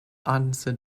answer